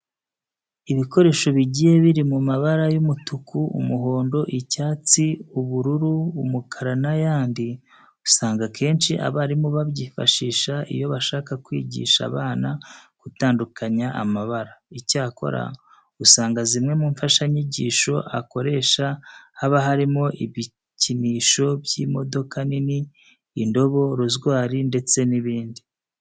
Ibikoresho bigiye biri mu mabara y'umutuku, umuhondo, icyatsi, ubururu, umukara n'ayandi usanga akenshi abarimu babyifashisha iyo bashaka kwigisha abana gutandukanya amabara. Icyakora usanga zimwe mu mfashanyigisho akoresha haba harimo ibikinisho by'imodoka nini, indobo, rozwari ndetse n'ibindi.